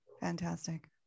fantastic